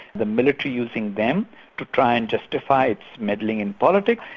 the military using them to try and justify its meddling in politics,